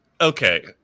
Okay